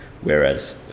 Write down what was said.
Whereas